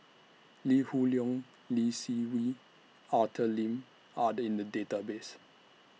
Lee Hoon Leong Lee Seng Wee Arthur Lim Are in The Database